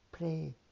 Pray